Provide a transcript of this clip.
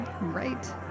Right